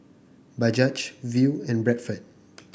Bajaj Viu and Bradford